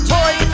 Toy